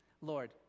Lord